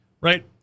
right